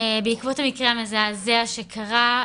בעקבות המקרה המזעזע שקרה,